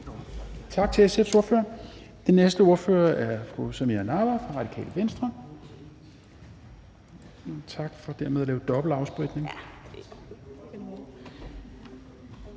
Tak til SF's ordfører. Den næste ordfører er fru Samira Nawa fra Radikale Venstre. Tak for at lave dobbelt afspritning.